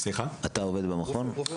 אתה רופא במכון?